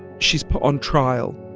she's put on trial.